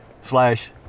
slash